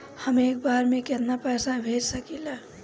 हम एक बार में केतना पैसा भेज सकिला?